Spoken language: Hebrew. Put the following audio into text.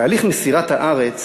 תהליך מסירת הארץ